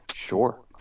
Sure